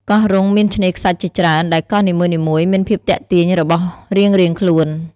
កោះរ៉ុងមានឆ្នេរខ្សាច់ជាច្រើន ដែលកោះនីមួយៗមានភាពទាក់ទាញរបស់រៀងៗខ្លួន។